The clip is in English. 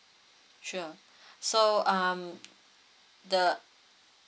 sure so um the